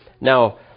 Now